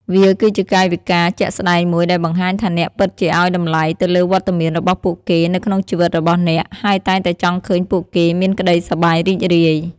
វាគឺជាកាយវិការជាក់ស្ដែងមួយដែលបង្ហាញថាអ្នកពិតជាឲ្យតម្លៃទៅលើវត្តមានរបស់ពួកគេនៅក្នុងជីវិតរបស់អ្នក ហើយតែងតែចង់ឃើញពួកគេមានក្ដីសប្បាយរីករាយ។